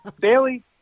Bailey